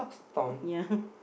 ya